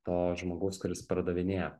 to žmogaus kuris pardavinėja